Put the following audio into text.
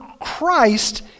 Christ